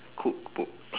cook book